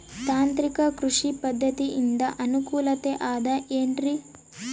ತಾಂತ್ರಿಕ ಕೃಷಿ ಪದ್ಧತಿಯಿಂದ ಅನುಕೂಲತೆ ಅದ ಏನ್ರಿ?